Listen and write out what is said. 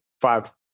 five